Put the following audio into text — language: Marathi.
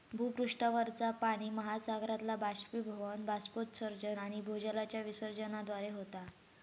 भूपृष्ठावरचा पाणि महासागरातला बाष्पीभवन, बाष्पोत्सर्जन आणि भूजलाच्या विसर्जनाद्वारे होता